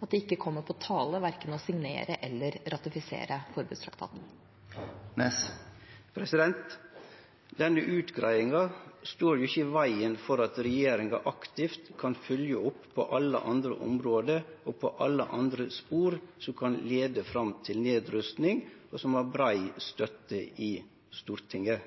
at det ikke kommer på tale verken å signere eller å ratifisere forbudstraktaten. Denne utgreiinga står ikkje i vegen for at regjeringa aktivt kan følgje opp på alle andre område og alle andre spor som kan leie fram til nedrusting, og som har brei støtte i Stortinget.